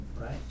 right